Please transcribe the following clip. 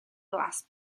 glass